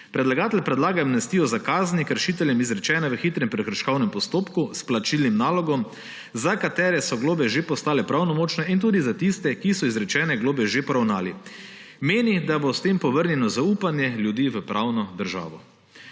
Predlagatelj predlaga amnestijo za kazni kršiteljem, izrečene v hitrem prekrškovnem postopku s plačilnim nalogom, za katere so globe že postale pravnomočne; in tudi za tiste, ki so izrečene globe že poravnali. Meni, da bo s tem povrnjeno zaupanje ljudi v pravno državo.